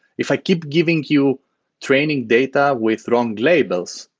if i keep giving you training data with wrong labels,